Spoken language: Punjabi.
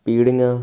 ਪੀੜ੍ਹੀਆਂ